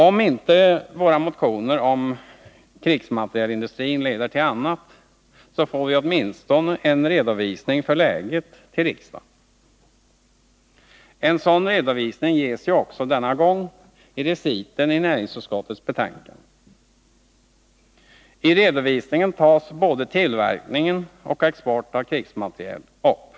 Om inte våra motioner om krigsmaterielindustrin leder till annat, får vi åtminstone en redovisning av läget för riksdagen. En sådan redovisning ges Nr 29 också denna gång i reciten i näringsutskottets betänkande. I redovisningen Onsdagen den tas både tillverkning och export av krigsmateriel upp.